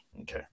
Okay